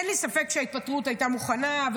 אין לי ספק שההתפטרות הייתה מוכנה,